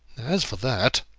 as for that,